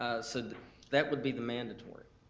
so that would be the mandatory.